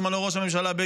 שהיית ראש ממשלה,